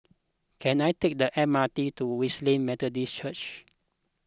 can I take the M R T to Wesley Methodist Church